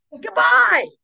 goodbye